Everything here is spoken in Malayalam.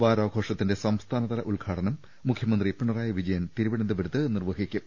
വാരാഘോഷത്തിന്റെ സംസ്ഥാന തല ഉദ്ഘാടനം മുഖ്യമന്ത്രി പിണറായി വിജയൻ തിരുവനന്തപുരത്ത് നിർവ ഹിക്കും